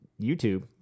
YouTube